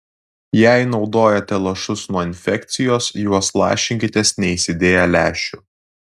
jei naudojate lašus nuo infekcijos juos lašinkitės neįsidėję lęšių